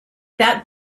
that